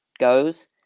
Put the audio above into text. goes